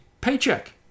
paycheck